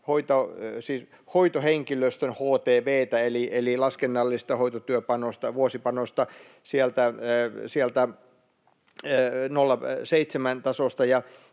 hoitohenkilöstön htv:tä eli laskennallista hoitotyövuosipanosta sieltä 0,7:n tasosta